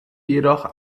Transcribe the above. jedoch